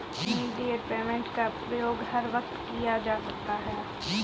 immediate payment system का प्रयोग हर वक्त किया जा सकता है